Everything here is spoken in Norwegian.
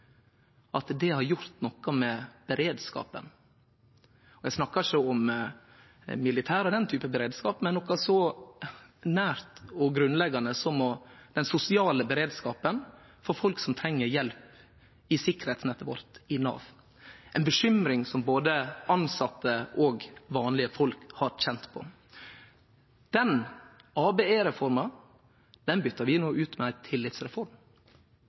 har gjort noko med beredskapen. Eg snakkar ikkje om militæret og den type beredskap, men noko så nært og grunnleggjande som den sosiale beredskapen for folk som treng hjelp i sikkerheitsnettet vårt i Nav. Det er ei bekymring som både tilsette og vanlege folk har kjent på. Den ABE-reforma byter vi no ut med ei tillitsreform,